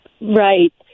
Right